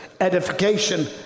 edification